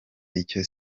icyo